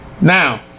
Now